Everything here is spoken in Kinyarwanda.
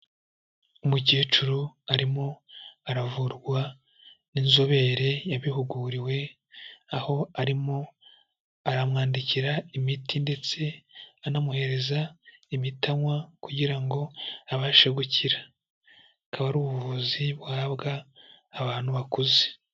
Umukecuru arimo aravurwa n'inzobere yabihuguriwe, aho arimo aramwandikira imiti ndetse anamuhereza imiti anywa kugira ngo abashe gukira. Akaba ari ubuvuzi buhabwa abantu bakuze.